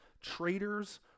traitors